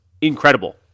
incredible